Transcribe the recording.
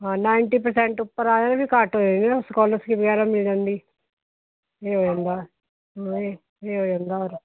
ਹਾਂ ninety percent ਉੱਪਰ ਆਏ ਤਾਂ ਵੀ ਘੱਟ ਹੋਵੇਗਾ ਸਕਾਲਰਸ਼ਿਪ ਵਗੈਰਾ ਮਿਲ ਜਾਂਦੀ ਇਹ ਹੋ ਜਾਂਦਾ ਇਹ ਇਹ ਹੋ ਜਾਂਦਾ